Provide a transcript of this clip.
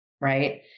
right